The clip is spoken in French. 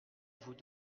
vous